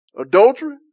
Adultery